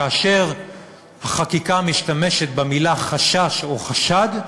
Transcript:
כאשר חקיקה משתמשת במילה חשש, או חשד,